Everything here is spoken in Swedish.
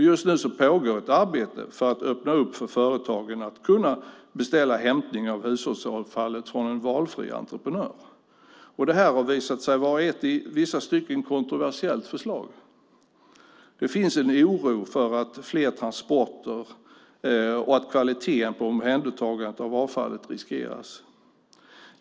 Just nu pågår ett arbete för att öppna för att företagen ska kunna beställa hämtning av hushållsavfallet från en valfri entreprenör. Det här har visat sig vara ett i vissa stycken kontroversiellt förslag. Det finns en oro för fler transporter och för att kvaliteten på omhändertagandet av avfallet riskeras.